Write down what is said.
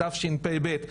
בתשפ"ב,